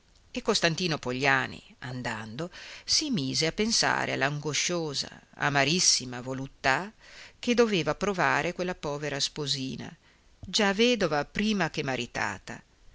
e costantino pogliani andando si mise a pensare all'angosciosa amarissima voluttà che doveva provare quella povera sposina già vedova prima che maritata